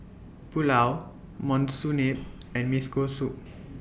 Pulao Monsunabe and Soup